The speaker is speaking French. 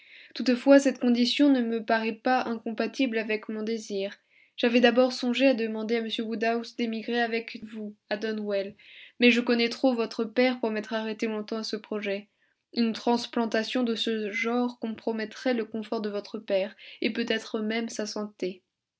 toutefois cette condition ne me paraît pas incompatible avec mon désir j'avais d'abord songé à demander à m woodhouse d'émigrer avec vous à donwell mais je connais trop votre père pour m'être arrêté longtemps à ce projet une transplantation de ce genre compromettrait le confort de votre père et peut-être même sa santé